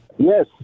Yes